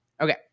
Okay